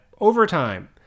Overtime